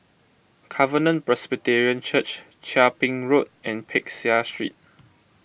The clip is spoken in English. Covenant Presbyterian Church Chia Ping Road and Peck Seah Street